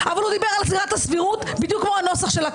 אבל הוא דיבר על עילת הסבירות בדיוק כמו הנוסח שלה,